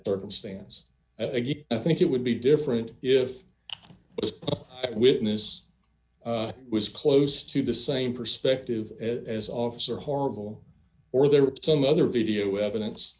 circumstance again i think it would be different if it was a witness was close to the same perspective as officer horrible or there were some other video evidence